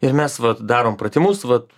ir mes vat darom pratimus vat